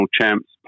champs